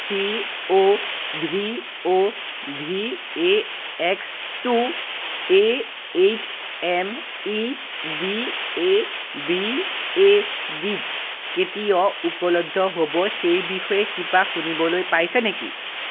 C O V O V A X to A H M E D A B A ডিত কেতিয়া উপলব্ধ হ'ব সেইবিষয়ে কিবা শুনিবলৈ পাইছে নেকি